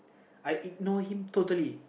I ignore him totally